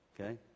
Okay